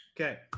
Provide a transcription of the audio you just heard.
Okay